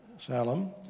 Salem